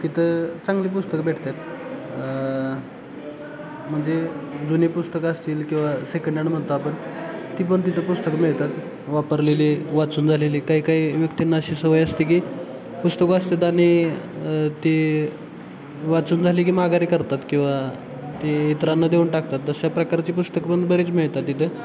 तिथं चांगली पुस्तकं भेटत आहेत म्हणजे जुनी पुस्तकं असतील किंवा सेकंड हॅन्ड म्हणतो आपण ती पण तिथं पुस्तकं मिळतात वापरलेली वाचून झालेली काही काही व्यक्तींना अशी सवय असते की पुस्तकं वाचतात आणि ती वाचून झाली की माघारी करतात किंवा ती इतरांना देऊन टाकतात तशा प्रकारची पुस्तकं पण बरीच मिळतात तिथे